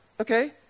okay